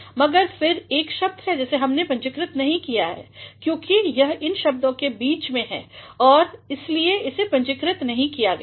मगर फिर एक शब्द हैं जिसे हमने पूंजीकृतनहीं किया है क्योंकि यह इन सभी शब्दों के बीच में है और इसलिए इसे पूंजीकृत नहीं किया गया है